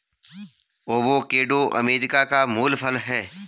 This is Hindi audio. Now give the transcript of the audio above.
अवोकेडो अमेरिका का मूल फल है